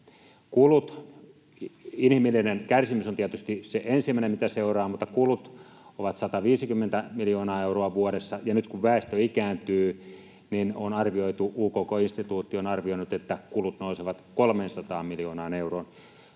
Inhimillinen kärsimys on tietysti se ensimmäinen, mitä seuraa, mutta kulut ovat 150 miljoonaa euroa vuodessa. Ja nyt, kun väestö ikääntyy, UKK-instituutti on arvioinut, että kulut nousevat 300 miljoonaan euroon.